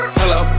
hello